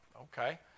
okay